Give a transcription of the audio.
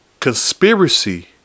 conspiracy